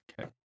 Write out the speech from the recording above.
Okay